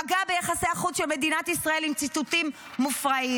פגע ביחסי החוץ של מדינת ישראל עם ציטוטים מופרעים.